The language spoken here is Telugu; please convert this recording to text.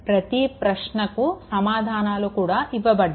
ప్రతి ప్రశ్నకు సమాధానాలు కూడా ఇవ్వబడ్డాయి